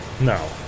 No